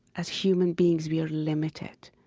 as human beings, we are limited.